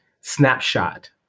snapshot